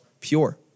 pure